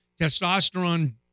testosterone